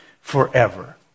forever